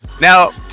Now